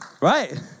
Right